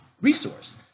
resource